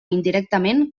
indirectament